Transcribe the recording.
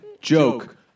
joke